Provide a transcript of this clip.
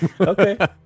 Okay